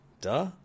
Duh